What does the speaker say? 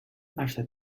after